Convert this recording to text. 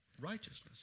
righteousness